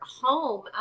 home